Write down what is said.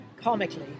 Comically